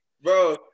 Bro